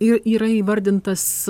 ir yra įvardintas